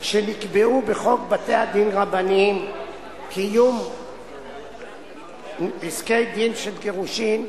אמצעי כפייה שנקבעו בחוק בתי-הדין הרבניים (קיום פסקי-דין של גירושין),